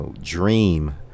dream